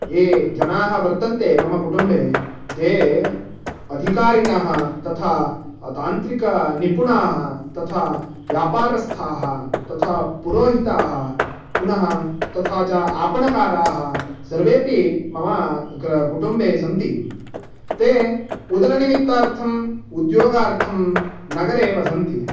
ये जनाः वर्तन्ते मम कुटुम्बे ते अधिकारिणः तथा तान्त्रिकनिपुणाः तथा व्यापारस्थाः तथा पुरोहिताः पुनः तथा च आपणकाराः सर्वेपि मम ग् कुटुम्बे सन्ति ते उदरनिमित्तार्थम् उद्योगार्थं नगरे वसन्ति